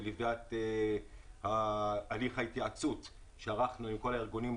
בלוויית הליך ההתייעצות שערכנו עם כל הארגונים,